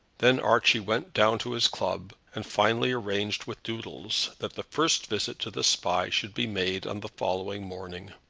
then archie went down to his club, and finally arranged with doodles that the first visit to the spy should be made on the following morning.